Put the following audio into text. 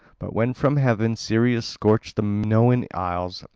but when from heaven sirius scorched the minoan isles,